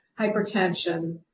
hypertension